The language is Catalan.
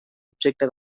objecte